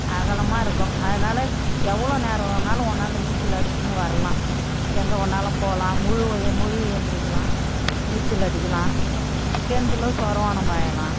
அகலமாக இருக்கும் அதனால எவ்வளோ நேரம் வேணாலும் ஒன்னால் நீச்சல் அடிச்சிக்கின்னு வரலாம் எங்கே வேணாலும் போகலாம் முழுக முழுகி ஏந்திரிக்கலாம் நீச்சல் அடிக்கலாம் கிணத்துல சொரவானம் பாயலாம்